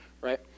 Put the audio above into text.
right